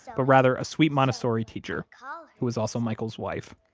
but rather a sweet montessori teacher, and who is also michael's wife.